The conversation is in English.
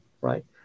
right